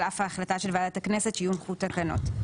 על אף ההחלטה של ועדת הכנסת שיונחו תקנות.